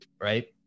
right